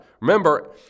Remember